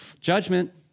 judgment